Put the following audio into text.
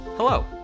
Hello